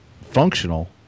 functional